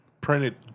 printed